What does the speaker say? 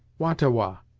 wah-ta-wah,